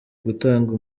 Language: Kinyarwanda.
gutanga